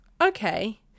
okay